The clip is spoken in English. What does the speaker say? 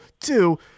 two